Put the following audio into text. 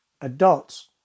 adults